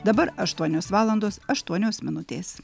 dabar aštuonios valandos aštuonios minutės